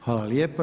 Hvala lijepa.